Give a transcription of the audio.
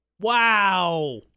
Wow